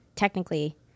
Technically